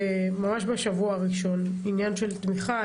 ממש בשבוע הראשון של המושב.